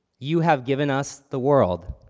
you have given us the world